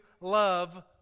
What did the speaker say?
love